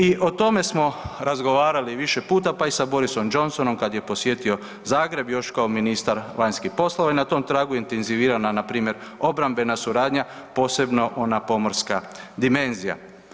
I o tome smo razgovarali više puta, pa i sa Borisom Johnsonom kad je posjetio Zagreb još kao ministar vanjskih poslova i na tom tragu je intenzivirana npr. obrambena suradnja posebno ona pomorska dimenzija.